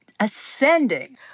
ascending